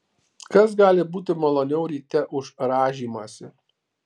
kas gali būti maloniau ryte už rąžymąsi